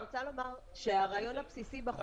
אני רוצה לומר שהרעיון הבסיסי בחוק מבורך.